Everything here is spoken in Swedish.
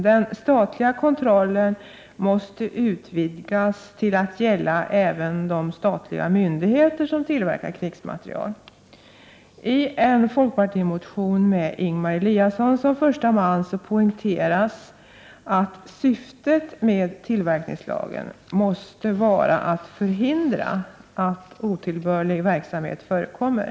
Den statliga kontrollen måste utvidgas till att gälla även de statliga myndigheter som tillverkar krigsmateriel. I en folkpartimotion med Ingemar Elisasson som första namn poängteras att syftet med tillverkningslagen måste vara att förhindra att otillbörlig verksamhet förekommer.